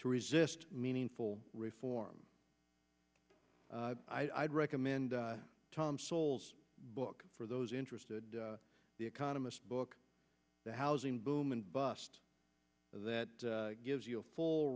to resist meaningful reform i'd recommend tom souls book for those interested the economist book the housing boom and bust that gives you a full